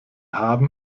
haben